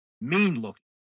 mean-looking